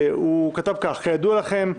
"כידוע לכם,